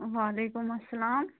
وعلیکُم اَسَلام